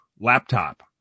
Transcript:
laptop